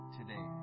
Today